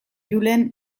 julen